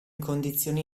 condizioni